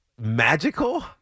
magical